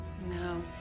No